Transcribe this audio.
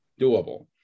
doable